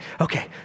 okay